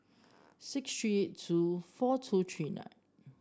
six three two four two three nine